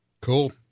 Cool